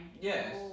yes